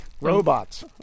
Robots